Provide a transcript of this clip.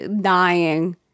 dying